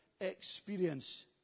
experience